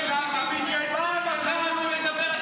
תתייחס למה שאמרתי,